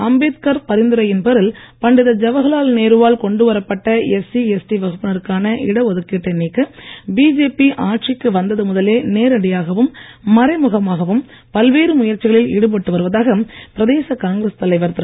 அம்பேத்கார் பரிந்துரையின் பேரில் பண்டித ஜவஹர்லால் நேரு வால் கொண்டுவரப் பட்ட எஸ்சி எஸ்டி வகுப்பினருக்கான இட ஒதுக்கீட்டை நீக்க பிஜேபி ஆட்சிக்கு வந்தது முதலே நேரடியாகவும் மறைமுகமாகவும் பல்வேறு முயற்சிகளில் ஈடுபட்டு வருவதாக பிரதேச காங்கிரஸ் தலைவர் திரு